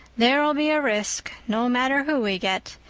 there'll be a risk, no matter who we get.